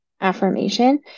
affirmation